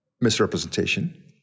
misrepresentation